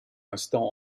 instant